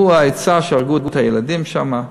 הוא שנתן את העצה להרוג את הילדים שם.